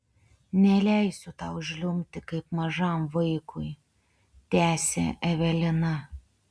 neleisiu tau žliumbti kaip mažam vaikui tęsė evelina